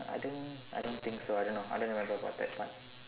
I think I don't think so I don't know remember what that's like